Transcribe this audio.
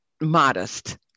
modest